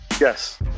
Yes